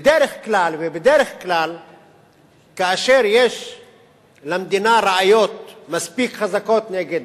בדרך כלל, כאשר יש למדינה ראיות מספיק חזקות נגד,